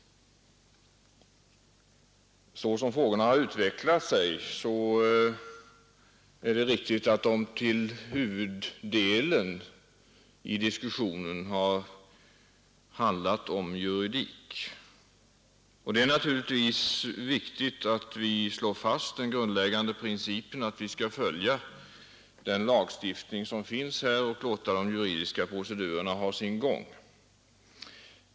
Såsom frågorna har utvecklat sig är det riktigt att huvuddelen av diskussionen har handlat om juridik. Det är naturligtvis viktigt att vi slår fast den grundläggande principen, att vi skall följa gällande lagstiftning och låta de juridiska procedurerna ha sin gång.